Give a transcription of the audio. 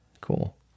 cool